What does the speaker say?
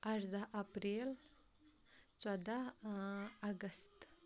اَرداہ اپریل ژۄداہ اگست